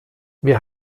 wir